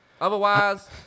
Otherwise